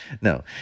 No